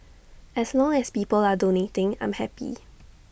as long as people are donating I'm happy